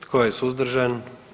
Tko je suzdržan?